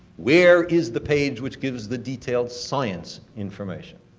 where is the page which gives the detailed science information?